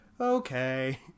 okay